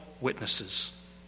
witnesses